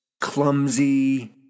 clumsy